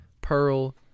Pearl